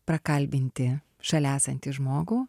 prakalbinti šalia esantį žmogų